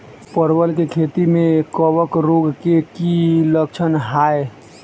परवल केँ खेती मे कवक रोग केँ की लक्षण हाय?